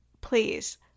please